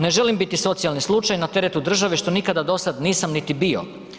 Ne želim biti socijalni slučaj na teretu države što nikada do sada nisam niti bio.